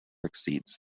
exceeds